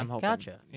Gotcha